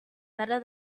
better